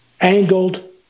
angled